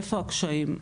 איפה הקשיים.